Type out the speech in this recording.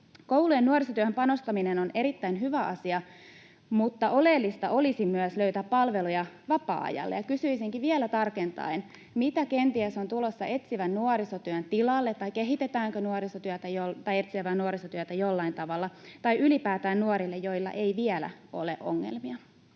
Koulujen nuorisotyöhön panostaminen on erittäin hyvä asia, mutta oleellista olisi myös löytää palveluja vapaa-ajalle. Kysyisinkin vielä tarkentaen: mitä kenties on tulossa etsivän nuorisotyön tilalle, tai kehitetäänkö etsivää nuorisotyötä jollain tavalla, tai ylipäätään nuorille, joilla ei vielä ole ongelmia?